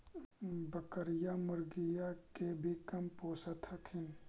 बकरीया, मुर्गीया के भी कमपोसत हखिन?